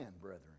brethren